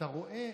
אתה רואה,